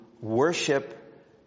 worship